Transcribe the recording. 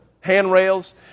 handrails